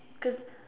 cause